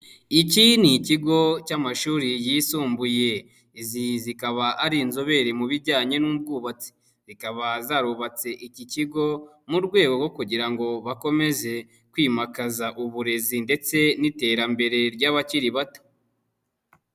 Iki ni ikigo cy'amashuri yisumbuye, izi zikaba ari inzobere mu bijyanye n'ubwubatsi, zikaba zarubatse iki kigo mu rwego rwo kugira ngo bakomeze kwimakaza uburezi ndetse n'iterambere ry'abakiri bato.